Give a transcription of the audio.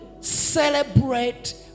celebrate